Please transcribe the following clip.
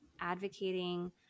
advocating